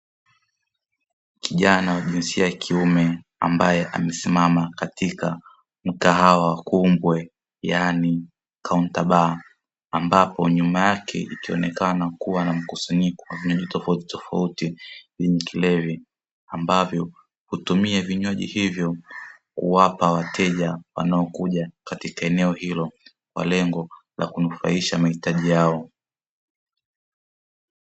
Kijana jinsia ya kume ambaye amesimama katika mgahawa wa kuugwe yaan kaunta baa ambapo nyumaake ikionekana kuwa na mkusanyiko tofauti tofauti yenye kilevi, ambavyo hutumia vinywaji hivyo kuwapa wateja wanaokuja katika eneo hilo, Kwa lengo la kukamilisha mahitaji yao.